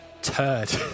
turd